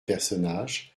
personnages